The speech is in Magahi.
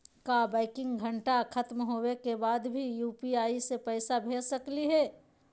का बैंकिंग घंटा खत्म होवे के बाद भी यू.पी.आई से पैसा भेज सकली हे?